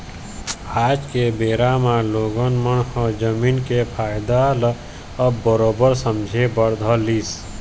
आज के बेरा म लोगन मन ह जमीन के फायदा ल अब बरोबर समझे बर धर लिस